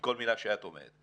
כל מילה שאת אומרת.